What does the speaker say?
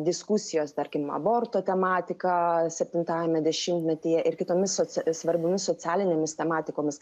diskusijos tarkim aborto tematika septintajame dešimtmetyje ir kitomis svarbiomis socialinėmis tematikomis